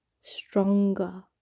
Stronger